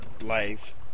life